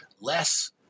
less